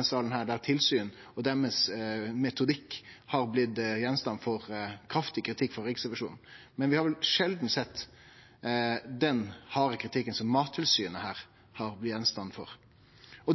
i salen der tilsyn og metodikken deira har blitt kraftig kritisert av Riksrevisjonen, men vi har vel sjeldan sett så hard kritikk som den Mattilsynet her har fått.